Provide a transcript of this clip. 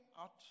out